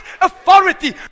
authority